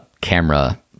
camera